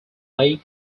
lake